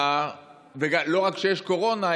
לא רק כי יש קורונה,